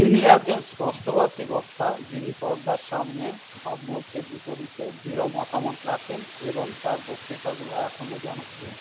তিনি একজন স্পষ্টভাষী বক্তা যিনি পর্দার সামনে ভাবমূর্তির বিপরীতে দৃঢ় মতামত রাখেন এবং তাঁর বক্তৃতাগুলো এখনও জনপ্রিয়